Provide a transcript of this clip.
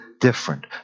different